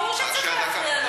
ברור שצריך להפריע לו,